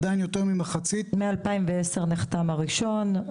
עדיין יותר ממחצית --- ב-2010 נחתם הראשון,